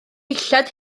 dillad